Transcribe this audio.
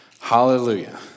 hallelujah